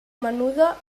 menuda